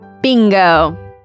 Bingo